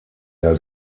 der